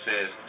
says